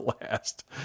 last